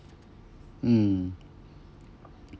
mm